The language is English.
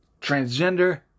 transgender